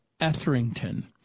Etherington